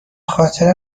خاطر